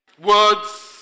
Words